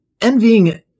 envying